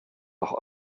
auch